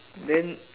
then